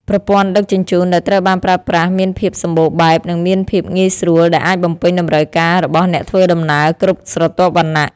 ប្រព័ន្ធដឹកជញ្ជូនដែលត្រូវបានប្រើប្រាស់មានភាពសម្បូរបែបនិងមានភាពងាយស្រួលដែលអាចបំពេញតម្រូវការរបស់អ្នកធ្វើដំណើរគ្រប់ស្រទាប់វណ្ណៈ។